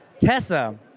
Tessa